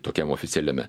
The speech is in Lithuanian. tokiam oficialiame